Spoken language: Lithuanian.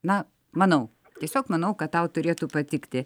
na manau tiesiog manau kad tau turėtų patikti